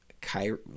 Kyrie